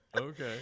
okay